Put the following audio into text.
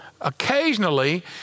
occasionally